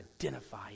identify